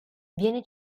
viene